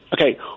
Okay